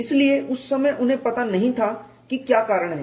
इसलिए उस समय उन्हें पता नहीं था कि क्या कारण है